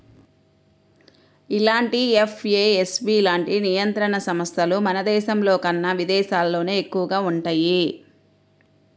ఇలాంటి ఎఫ్ఏఎస్బి లాంటి నియంత్రణ సంస్థలు మన దేశంలోకన్నా విదేశాల్లోనే ఎక్కువగా వుంటయ్యి